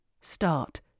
Start